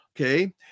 Okay